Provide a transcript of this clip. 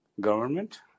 government